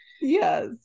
Yes